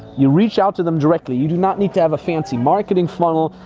you reach out to them directly, you do not need to have a fancy marketing funnel,